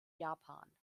japan